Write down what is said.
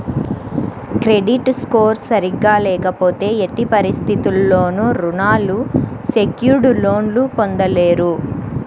credit score సరిగ్గా లేకపోతే ఎట్టి పరిస్థితుల్లోనూ రుణాలు సెక్యూర్డ్ లోన్లు పొందలేరు